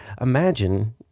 Imagine